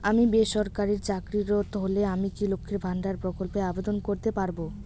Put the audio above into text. আমি বেসরকারি চাকরিরত হলে আমি কি লক্ষীর ভান্ডার প্রকল্পে আবেদন করতে পারব?